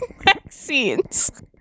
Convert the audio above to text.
vaccines